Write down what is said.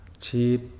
cheat